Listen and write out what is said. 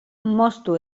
moztu